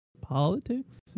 politics